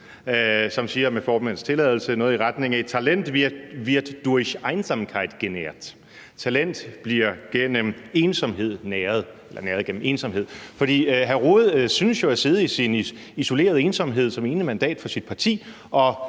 som lyder, med formandens tilladelse, noget i retning af: Talent wird durch Einsamkeit genährt – talent bliver næret gennem ensomhed. For hr. Jens Rohde synes jo at sidde i sin isolerede ensomhed som ene mandat for sit parti